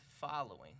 following